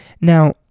Now